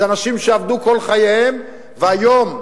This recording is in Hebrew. זה אנשים שעבדו כל חייהם והיום,